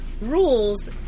rules